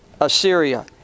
Assyria